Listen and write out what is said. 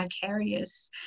vicarious